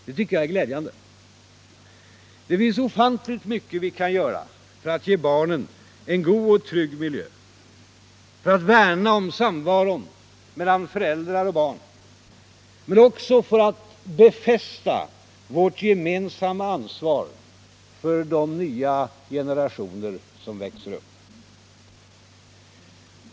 Det tycker jag är glädjande. Det finns ofantligt mycket vi kan göra för att ge barnen en god och trygg miljö, för att värna om samvaron mellan föräldrar och barn, men också för att befästa vårt gemensamma ansvar för de nya generationer som växer upp.